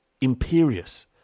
imperious